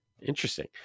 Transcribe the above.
Interesting